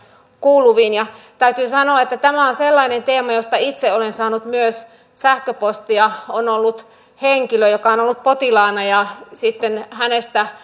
kuuluviin täytyy sanoa että tämä on sellainen teema josta itse olen saanut myös sähköpostia on ollut henkilö joka on ollut potilaana ja sitten hänestä